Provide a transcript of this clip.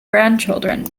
grandchildren